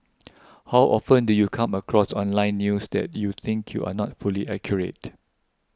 how often do you come across online news that you think you are not fully accurate